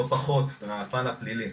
לא פחות מהפן הפלילי.